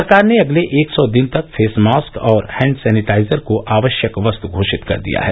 सरकार ने अगले एक सौ दिन तक फेसमास्क और हैण्ड सैनिटाइजर को आवश्यक वस्तु घोषित कर दिया है